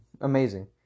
amazing